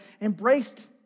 embraced